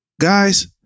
guys